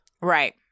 Right